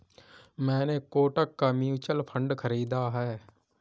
मैंने कोटक का mutual fund खरीदा है